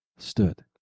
stood